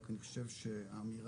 רק אני חושב שהאמירה,